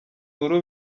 nkuru